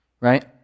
right